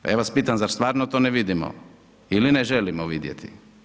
Ja vas pitam zar stvarno to ne vidimo ili ne želimo vidjeti?